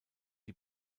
die